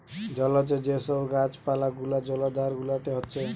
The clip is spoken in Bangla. জলজ যে সব গাছ পালা গুলা জলাধার গুলাতে হচ্ছে